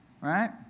Right